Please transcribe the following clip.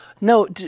No